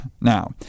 now